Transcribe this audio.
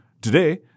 Today